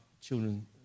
children